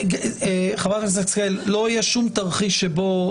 חברת הכנסת השכל, לא יהיה שום תרחיש שבו